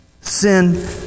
sin